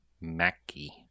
Mackie